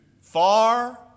far